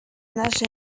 наша